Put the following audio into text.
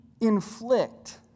inflict